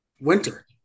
winter